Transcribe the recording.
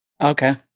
Okay